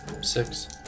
Six